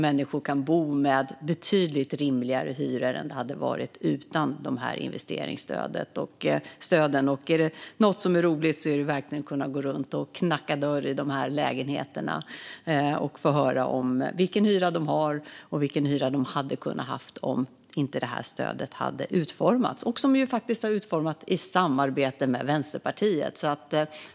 Människor kan där bo med betydligt rimligare hyror än utan investeringsstöden. Är det något som är roligt är det att gå runt och knacka dörr till dessa lägenheter, få höra om hyran eller vilken hyra det hade blivit om inte stödet hade utformats. Stödet har också utformats i samarbete med Vänsterpartiet.